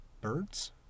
birds